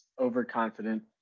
overconfident